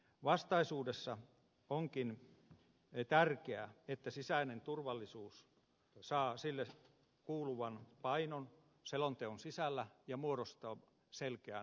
vastaisuudessa onkin tärkeää että sisäinen turvallisuus saa sille kuuluvan painon selonteon sisällä ja muodostaa selkeän kokonaisuuden